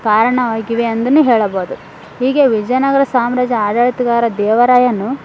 ಕಾರಣವಾಗಿವೆ ಅಂದೂ ಹೇಳಬಹುದು ಹೀಗೆ ವಿಜಯನಗರ ಸಾಮ್ರಾಜ್ಯ ಆಡಳಿತಗಾರ ದೇವರಾಯನು